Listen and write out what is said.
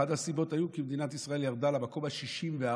אחת הסיבות הייתה כי מדינת ישראל ירדה למקום ה-64